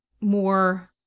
more